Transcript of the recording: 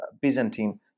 Byzantine